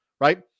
right